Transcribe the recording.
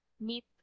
meet